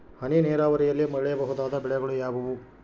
ಹನಿ ನೇರಾವರಿಯಲ್ಲಿ ಬೆಳೆಯಬಹುದಾದ ಬೆಳೆಗಳು ಯಾವುವು?